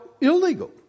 illegal